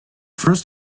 first